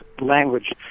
language